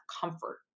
comfort